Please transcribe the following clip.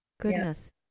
goodness